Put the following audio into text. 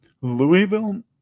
louisville